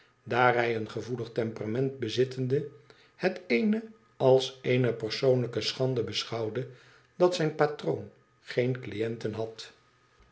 hij een gevoelig temperament bezittende het als eene persoonlijke schande beschouwde dat zijn patroon geen cliënten had